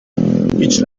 هیچ